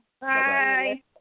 Bye